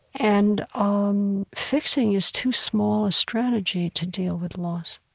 and um fixing is too small a strategy to deal with loss.